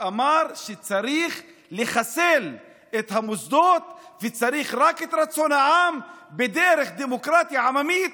שאמר שצריך לחסל את המוסדות וצריך רק את רצון העם בדרך דמוקרטיה עממית,